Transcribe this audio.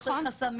לא צריך חסמים,